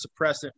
suppressant